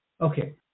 Okay